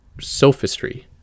sophistry